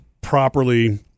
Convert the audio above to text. properly